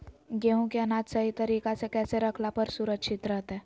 गेहूं के अनाज सही तरीका से कैसे रखला पर सुरक्षित रहतय?